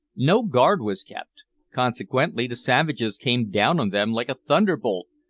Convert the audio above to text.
no guard was kept consequently the savages came down on them like a thunderbolt,